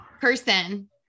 person